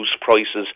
prices